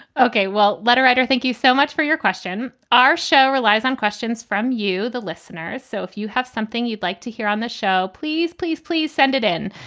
ok, well, letter writer, thank you so much for your question. our show relies on questions from you, the listener. so if you have something you'd like to hear on the show. please, please, please send it in.